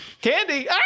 Candy